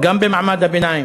גם במעמד הביניים.